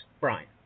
Brian